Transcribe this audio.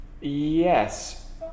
Yes